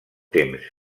temps